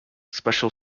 special